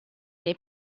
nei